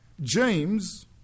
James